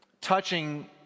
touching